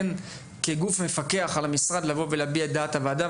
כגוף מפקח על המשרד אני מתיימר להביע את דעת הוועדה,